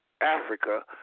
Africa